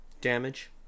damage